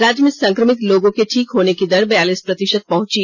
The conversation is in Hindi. राज्य में संक्रमित लोगों के ठीक होने की दर बयालीस प्रतिशत पहुंची